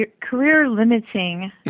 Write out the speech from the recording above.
career-limiting